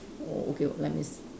oh okay let me s~